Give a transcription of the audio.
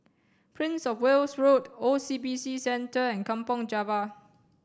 Prince Of Wales Road O C B C Centre and Kampong Java